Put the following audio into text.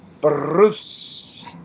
bruce